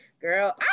Girl